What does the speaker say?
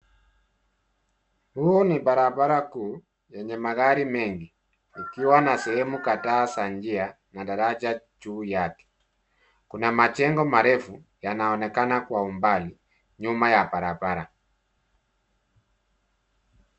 Huu ni barabara kuu lenye magari mengi, likiwa na sehemu kadhaa za njia na daraja juu yake. Kuna majengo marefu yanaonekana kwa umbali nyuma ya barabara.